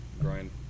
grind